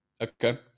Okay